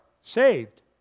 saved